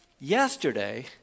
Yesterday